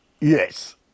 Yes